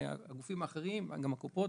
הגופים האחרים וגם הקופות,